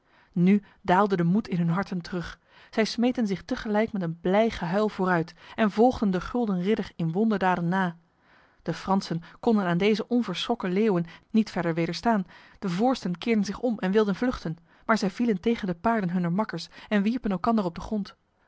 nu daalde de moed in hun harten terug zij smeten zich tegelijk met een blij gehuil vooruit en volgden de gulden ridder in wonderdaden na de fransen konden aan deze onverschrokken leeuwen niet verder wederstaan de voorsten keerden zich om en wilden vluchten maar zij vielen tegen de paarden hunner makkers en wierpen elkander op de grond